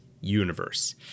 universe